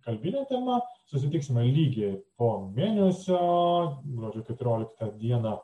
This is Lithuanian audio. kalbinė tema susitiksime lygiai po mėnesio gruodžio keturioliktą dieną